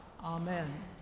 Amen